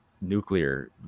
nuclear